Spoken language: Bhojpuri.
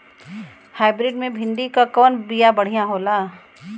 हाइब्रिड मे भिंडी क कवन बिया बढ़ियां होला?